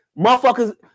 motherfuckers